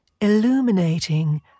illuminating